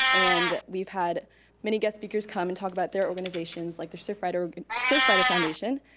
and we've had many guest speakers come and talk about their organizations, like the surf rider surf rider foundation.